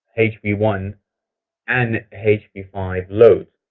h v one and h v five loads?